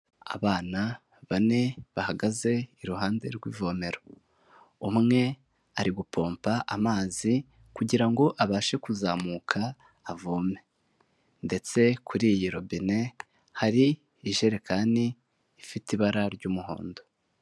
Abana bane bahagaze iruhande rw'ivomero, umwe ari gupompa amazi kugira ngo abashe kuzamuka avome ndetse kuri iyi robine hari ijerekani ifite ibara ry'umuhondo.